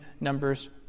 Numbers